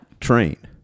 Train